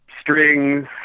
strings